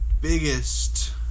biggest